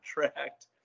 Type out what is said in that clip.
contract